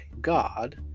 God